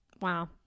Wow